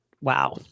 wow